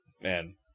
man